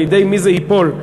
לידי מי זה ייפול.